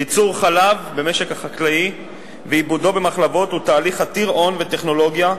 ייצור חלב במשק החקלאי ועיבודו במחלבות הם תהליך עתיר הון וטכנולוגיה,